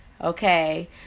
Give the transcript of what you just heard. Okay